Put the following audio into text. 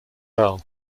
earl